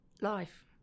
life